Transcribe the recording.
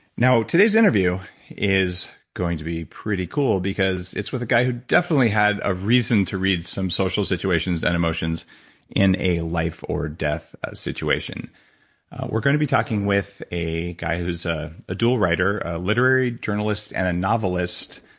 now, today's interview is going to be pretty cool because it's with a guy who definitely had a reason to read some social situations and emotions in a life or death situation we're going to be talking with a guy who's a a writer, a literary journalist, and a novelist,